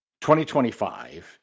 2025